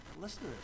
listen